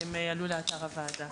והם עלו לאתר הוועדה.